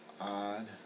odd